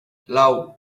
lau